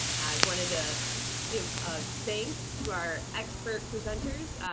i wanted to give ah thanks to our expert presenters.